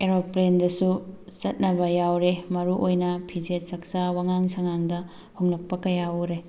ꯑꯦꯔꯣꯄ꯭ꯂꯦꯟꯗꯁꯨ ꯆꯠꯅꯕ ꯌꯥꯎꯔꯦ ꯃꯔꯨꯑꯣꯏꯅ ꯐꯤꯖꯦꯠ ꯆꯛꯆꯥ ꯋꯥꯉꯥꯡ ꯁꯉꯥꯡꯗ ꯍꯣꯡꯂꯛꯄ ꯀꯌꯥ ꯎꯔꯦ